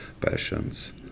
passions